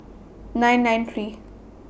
nine nine three